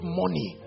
money